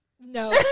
No